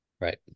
Right